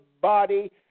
body